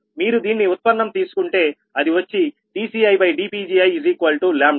మీరు దీన్ని ఉత్పన్నం తీసుకుంటే అది వచ్చి dCidPgii12m